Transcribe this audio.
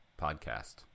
podcast